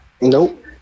Nope